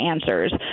answers